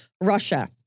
Russia